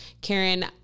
Karen